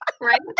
Right